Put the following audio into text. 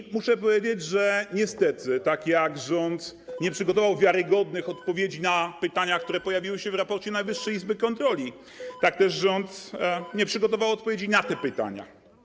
I muszę powiedzieć, że niestety tak jak rząd nie przygotował wiarygodnych odpowiedzi na pytania, które pojawiły się w raporcie Najwyższej Izby Kontroli, tak też rząd nie przygotował odpowiedzi na te pytania.